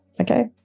Okay